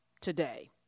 today